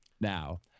now